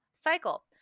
Cycle